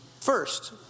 first